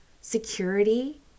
security